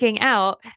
out